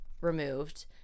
removed